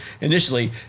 initially